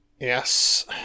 Yes